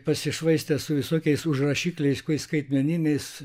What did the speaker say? pasišvaistęs su visokiais užrašikliais skaitmeniniais